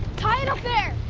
tie it up there.